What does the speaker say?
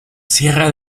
sierra